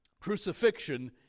crucifixion